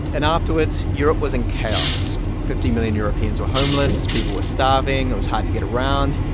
and afterwards, europe was in chaos. fifty million europeans were homeless. people were starving. it was hard to get around.